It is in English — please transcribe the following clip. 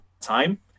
time